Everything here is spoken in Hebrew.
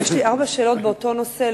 יש לי ארבע שאלות באותו נושא.